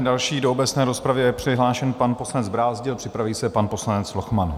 Další do obecné rozpravy je přihlášen pan poslanec Brázdil a připraví se pan poslanec Lochman.